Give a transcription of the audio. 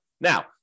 Now